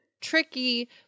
tricky